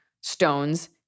stones